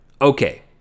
Okay